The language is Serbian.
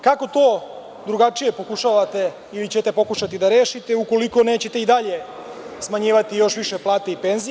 Kako to drugačije pokušavate ili ćete pokušati da rešite, ukoliko nećete i dalje smanjivati još više plate i penzije.